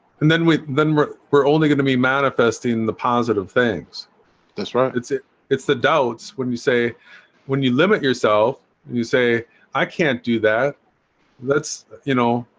and then we then we're only gonna be manifesting the positive things that's right it's it it's the doubts when you say when you limit yourself you say i can't do that that's you know,